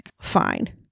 Fine